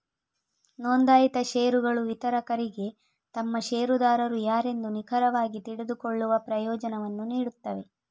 ನೋಂದಾಯಿತ ಷೇರುಗಳು ವಿತರಕರಿಗೆ ತಮ್ಮ ಷೇರುದಾರರು ಯಾರೆಂದು ನಿಖರವಾಗಿ ತಿಳಿದುಕೊಳ್ಳುವ ಪ್ರಯೋಜನವನ್ನು ನೀಡುತ್ತವೆ